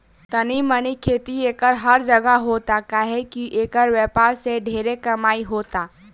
तनी मनी खेती एकर हर जगह होता काहे की एकर व्यापार से ढेरे कमाई होता